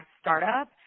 startup